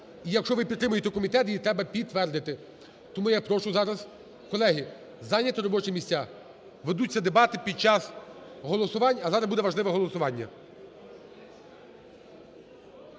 І якщо ви підтримуєте комітет, її треба підтвердити. Тому я прошу зараз, колеги, зайняти робочі місця. Ведуться дебати під час голосувань, а зараз буде важливе голосування.